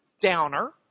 downer